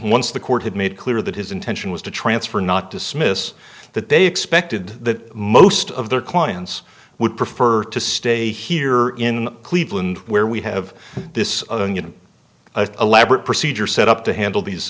once the court had made clear that his intention was to transfer not dismiss that they expected that most of their clients would prefer to stay here in cleveland where we have this onion elaborate procedure set up to handle these